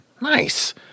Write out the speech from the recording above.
Nice